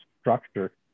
structure